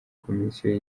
komisiyo